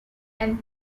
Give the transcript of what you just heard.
and